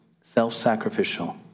self-sacrificial